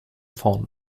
vorn